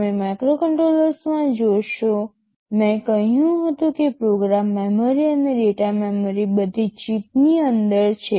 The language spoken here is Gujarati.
તમે માઇક્રોકન્ટ્રોલર્સમાં જોશો મેં કહ્યું હતું કે પ્રોગ્રામ મેમરી અને ડેટા મેમરી બધી ચિપની અંદર છે